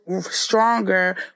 stronger